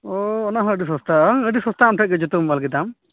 ᱚᱸᱻ ᱚᱱᱟ ᱦᱚᱸ ᱟᱹᱰᱤ ᱥᱚᱥᱛᱟ ᱟᱹᱰᱤ ᱥᱚᱥᱛᱟ ᱟᱢ ᱴᱷᱮᱡ ᱡᱚᱛᱚ ᱢᱳᱱᱟᱭᱤᱞ ᱜᱮ ᱰᱟᱢ